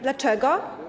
Dlaczego?